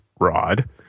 rod